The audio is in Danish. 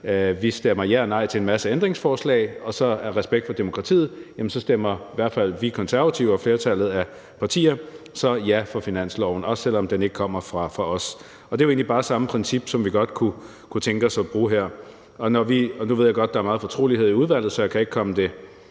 Vi stemmer ja og nej til en masse ændringsforslag, og af respekt for demokratiet stemmer i hvert fald vi Konservative og flertallet af partier så ja til finansloven, også selv om den ikke kommer fra os, og det er jo egentlig bare det samme princip, som vi godt kunne tænke os at bruge her. Nu ved jeg godt, at der er meget fortrolighed i udvalget, så jeg kan ikke komme helt